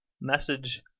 message